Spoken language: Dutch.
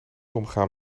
omgaan